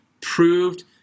proved